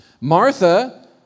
Martha